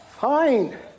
Fine